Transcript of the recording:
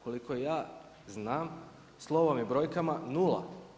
Koliko ja znam, slovom i brojkama nula.